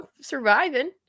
surviving